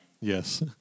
Yes